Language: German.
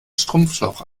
schrumpfschlauch